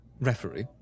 Referee